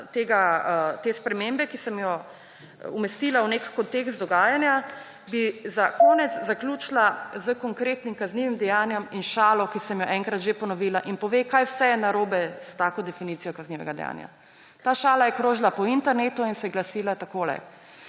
spremembe, ki sem jo umestila v nek kontekst dogajanja, bi za konec zaključila s konkretnim kaznivim dejanjem in šalo, ki sem jo enkrat že ponovila in pove, kaj vse je narobe s tako definicijo kaznivega dejanja. Ta šala je krožila po internetu in se je glasila takole.